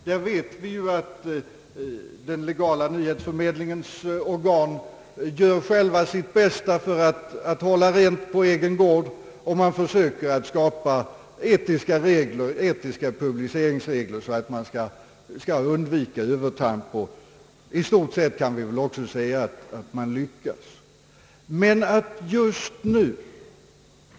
Vi vet ju att den legala nyhetsförmedlingens organ själva gör sitt bästa för att hålla rent på egen gård och att man försöker att skapa etiska publiceringsregler så att man skall undvika övertramp — i stort sett kan vi också säga att man har lyckats.